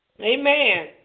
Amen